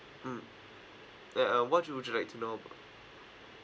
mm uh uh what would you like to know about